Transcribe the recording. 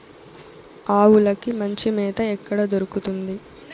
ఆవులకి మంచి మేత ఎక్కడ దొరుకుతుంది?